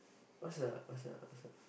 what's the what's the what's the